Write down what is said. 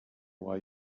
why